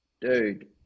dude